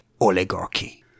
oligarchy